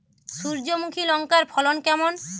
সূর্যমুখী লঙ্কার ফলন কেমন?